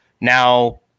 now